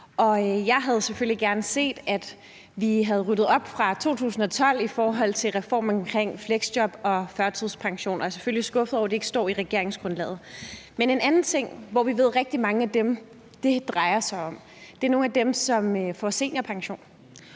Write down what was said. Jeg havde selvfølgelig gerne set, at vi havde ryddet op fra 2012 i forhold til reformen omkring fleksjob og førtidspension, og jeg er selvfølgelig skuffet over, at det ikke står i regeringsgrundlaget. Men en anden ting: Rigtig mange af dem, det drejer sig om, er nogle af dem, som får seniorpension.